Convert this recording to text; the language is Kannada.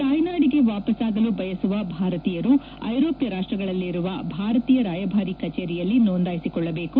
ತಾಯ್ನಾಡಿಗೆ ವಾಪಸಾಗಲು ಬಯಸುವ ಭಾರತೀಯರು ಐರೋಪ್ಕ ರಾಷ್ಷಗಳಲ್ಲಿರುವ ಭಾರತೀಯ ರಾಯಭಾರಿ ಕಚೇರಿಯಲ್ಲಿ ನೋಂದಾಯಿಸಿಕೊಳ್ಳಬೇಕು